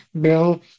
bill